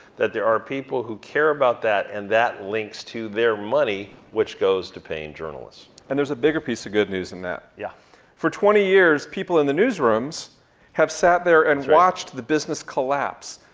that there are people who care about that, and that links to their money which goes to paying journalists. and there's a bigger piece of good news in that. yeah for twenty years, people in the newsrooms have sat there and watched the business collapse.